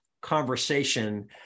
conversation